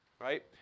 Right